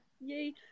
Yay